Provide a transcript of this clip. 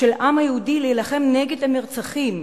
של העם היהודי להילחם נגד המרצחים